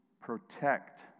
protect